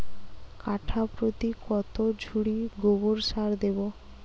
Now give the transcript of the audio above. কাঠাপ্রতি কত ঝুড়ি গোবর সার দেবো?